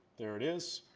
there it is,